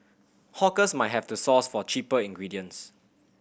hawkers might have to source for cheaper ingredients